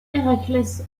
héraclès